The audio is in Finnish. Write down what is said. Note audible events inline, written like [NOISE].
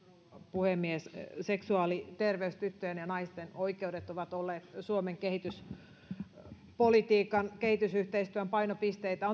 puhemies seksuaaliterveys sekä tyttöjen ja naisten oikeudet ovat olleet suomen kehityspolitiikan ja kehitysyhteistyön painopisteitä [UNINTELLIGIBLE]